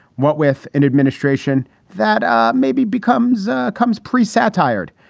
what with an administration that maybe becomes comes pre satire?